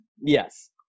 yes